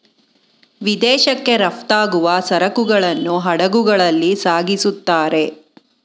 ವಿದೇಶಕ್ಕೆ ರಫ್ತಾಗುವ ಸರಕುಗಳನ್ನು ಹಡಗುಗಳಲ್ಲಿ ಸಾಗಿಸುತ್ತಾರೆ